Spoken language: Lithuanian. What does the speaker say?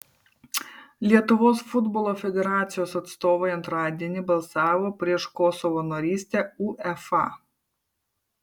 lietuvos futbolo federacijos atstovai antradienį balsavo prieš kosovo narystę uefa